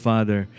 Father